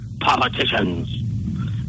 politicians